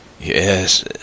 Yes